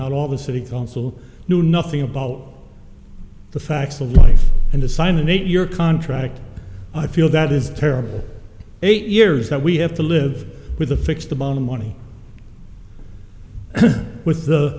not all the city council knew nothing about the facts of life and to sign an eight year contract i feel that is terrible eight years that we have to live with a fixed amount of money with